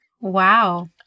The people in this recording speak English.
Wow